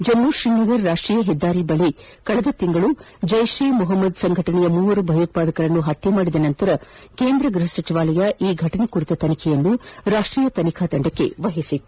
ಜಮ್ಮ ಶ್ರೀನಗರ್ ರಾಷ್ಟೀಯ ಹೆದ್ದಾರಿ ಬಳಿ ಕಳೆದ ತಿಂಗಳ ಜೈಷ್ ಇ ಮೊಹಮ್ಮದ್ ಸಂಘಟನೆಯ ಮೂವರು ಭಯೋತ್ಪಾದಕರನ್ನು ಪತ್ತೆ ಮಾಡಿದ ನಂತರ ಕೇಂದ್ರ ಗ್ಬಪ ಸಚಿವಾಲಯ ಘಟನೆ ಕುರಿತ ತನಿಖೆಯನ್ನು ರಾಷ್ಷೀಯ ತನಿಖಾ ತಂಡಕ್ಕೆ ವಹಿಸಿತ್ತು